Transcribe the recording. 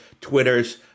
Twitters